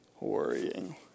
Worrying